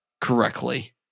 correctly